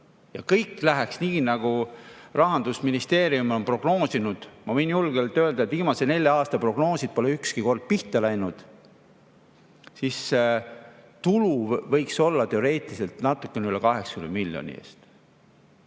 kõik läheks nii, nagu Rahandusministeerium on prognoosinud – ma võin julgelt öelda, et viimase nelja aasta prognoosid pole ükski kord pihta läinud –, siis tulu võiks olla teoreetiliselt natukene üle 80 miljoni.